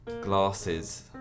glasses